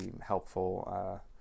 helpful